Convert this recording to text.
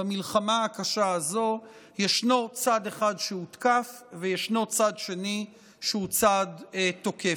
במלחמה הקשה הזאת יש צד אחד שהותקף וצד שני שהוא צד תוקף.